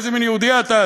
איזה מין יהודי אתה?